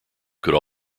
could